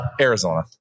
Arizona